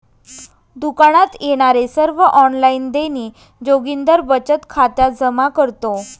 दुकानात येणारे सर्व ऑनलाइन देणी जोगिंदर बचत खात्यात जमा करतो